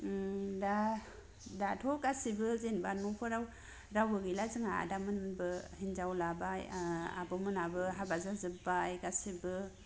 दा दाथ' गासिबो जेनोबा न'फोराव रावबो गैला जोंहा आदा मोनबो हिन्जाव लाबाय आब' मोनहाबो हाबा जाजोबबाय गासिबो